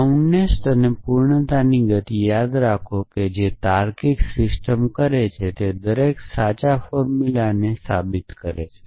soundness અને પૂર્ણતાની ગતિ યાદ રાખો કે જે તાર્કિક સિસ્ટમ કરે છે તે દરેક સાચા ફોર્મુલાને સાબિત કરે છે